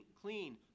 clean